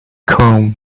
comb